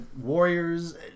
warriors